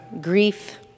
grief